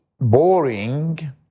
boring